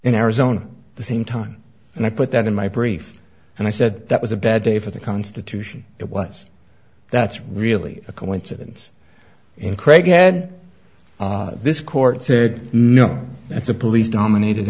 in arizona the same time and i put that in my brain and i said that was a bad day for the constitution it was that's really a coincidence and craig and this court said no that's a police dominated